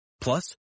Plus